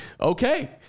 okay